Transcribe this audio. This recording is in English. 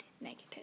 negative